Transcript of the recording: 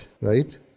right